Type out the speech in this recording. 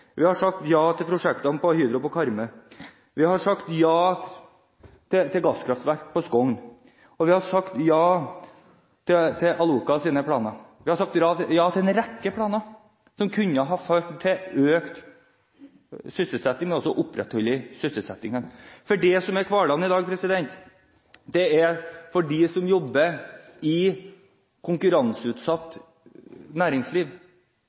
vi også sagt ja til å igangsette Industrikraft Møre. Vi har sagt ja til prosjektene på Hydro på Karmøy. Vi har sagt ja til gasskraftverk på Skogn, og vi har sagt ja til Alcoas planer. Vi har sagt ja til en rekke planer som kunne ha ført til økt sysselsetting, men også opprettholdt sysselsettingen. Det som er hverdagen for dem som jobber i konkurranseutsatt næringsliv,